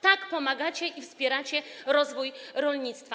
Tak pomagacie i wspieracie rozwój rolnictwa.